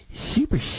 super